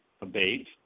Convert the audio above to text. abate